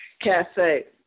Cafe